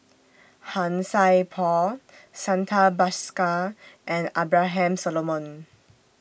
Han Sai Por Santha Bhaskar and Abraham Solomon